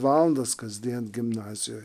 valandas kasdien gimnazijoj